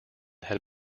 had